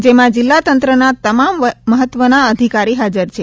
જેમાં જિલ્લાતંત્રના તમામ મહત્વના અધિકારી હાજર છે